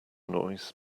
noise